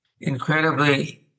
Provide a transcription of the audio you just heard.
Incredibly